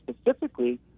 specifically